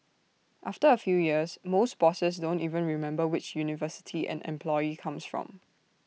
after A few years most bosses don't even remember which university an employee comes from